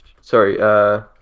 Sorry